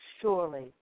surely